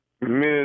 Miss